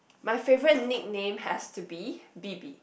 my favourite nickname has to be B_B